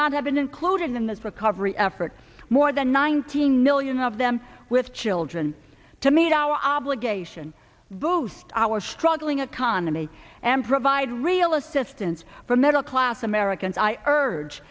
not have been included in this recovery effort more than nineteen million of them with children to meet our obligation boost our struggling economy and provide real assistance for middle class americans i urge